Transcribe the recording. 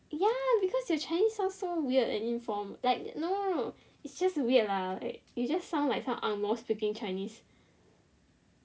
ya because your chinese sound so weird and informal like no no no its just weird lah like you just sound like some angmoh speaking chinese